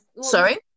Sorry